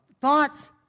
thoughts